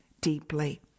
deeply